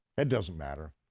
it doesn't matter.